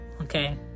okay